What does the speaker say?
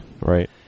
right